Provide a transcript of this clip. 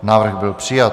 Návrh byl přijat.